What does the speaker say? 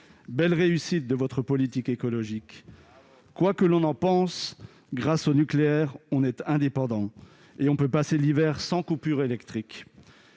Belle réussite de votre politique écologique ! Quoi que l'on en pense, le nucléaire nous permet d'être indépendants et de passer l'hiver sans coupure électrique.